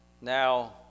Now